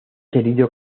herido